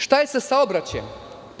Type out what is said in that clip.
Šta je sa saobraćajem?